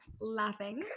Laughing